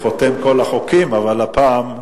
כחותם כל החוקים, אבל הפעם,